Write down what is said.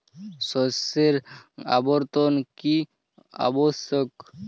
শস্যের আবর্তন কী আবশ্যক?